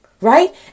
right